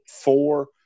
four